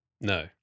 no